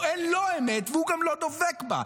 פה אין לו אמת והוא גם לא דבק בה.